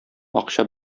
акча